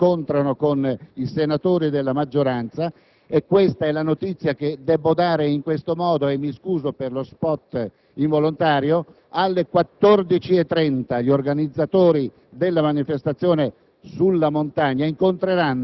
che alle ore 13,30 si incontreranno poi con i senatori della maggioranza, e vengo alla notizia (che devo dare in questo modo e mi scuso per lo *spot* involontario): alle ore 14,30 gli organizzatori della manifestazione